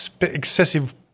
excessive